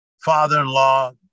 father-in-law